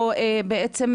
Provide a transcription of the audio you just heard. או בעצם,